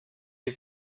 die